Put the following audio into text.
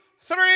three